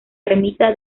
ermita